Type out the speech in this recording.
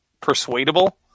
persuadable